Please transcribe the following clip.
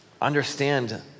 understand